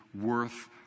worth